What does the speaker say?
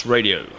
Radio